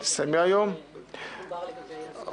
דובר על זמנים.